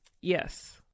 Yes